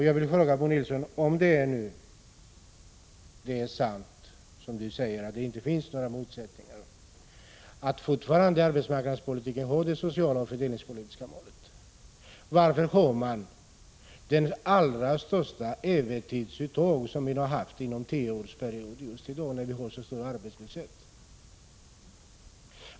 Jag vill fråga: Om det nu är sant som Bo Nilsson säger, att det inte finns några sådana motsättningar utan arbetsmarknadspolitiken fortfarande har de sociala och fördelningspolitiska målen, varför har man då de allra största: övertidsuttagen under en tioårsperiod just i dag när vi har en så hög arbetslöshet?